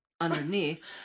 underneath